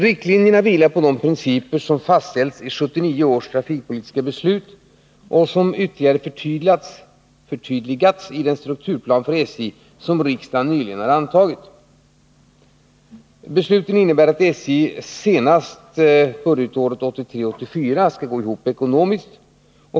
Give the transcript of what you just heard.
Riktlinjerna vilar på principer som fastställts i 1979 års trafikpolitiska beslut och som ytterligare förtydligats i den strukturplan för SJ som riksdagen nyligen antagit. Besluten innebär att SJ senast budgetåret 1983/84 skall gå 29 ihop ekonomiskt.